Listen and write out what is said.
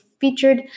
featured